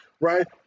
Right